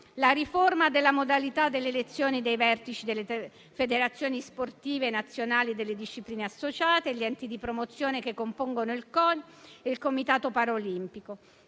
alla riforma della modalità di elezione dei vertici delle federazioni sportive nazionali delle discipline associate e degli enti di promozione che compongono il CONI e il Comitato paralimpico.